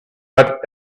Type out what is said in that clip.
but